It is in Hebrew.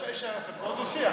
אבל אפשר שזה יישאר כמו דו-שיח.